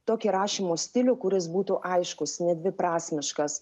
tokį rašymo stilių kuris būtų aiškus nedviprasmiškas